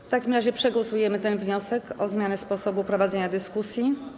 W takim razie przegłosujemy wniosek o zmianę sposobu prowadzenia dyskusji.